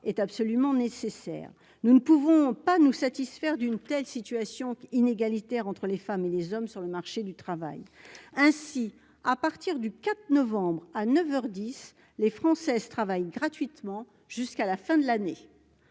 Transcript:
est absolument nécessaire, nous ne pouvons pas nous satisfaire d'une telle situation inégalitaire entre les femmes et les hommes sur le marché du travail, ainsi, à partir du 4 novembre à neuf heures 10, les Françaises travaillent gratuitement jusqu'à la fin de l'année,